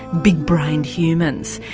big brained humans.